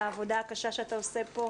על העבודה הקשה שאתה עושה פה,